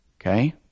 Okay